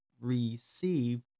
received